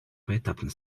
поэтапно